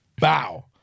Bow